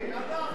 גנבת הצבעה.